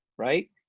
right